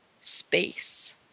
space